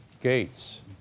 Gates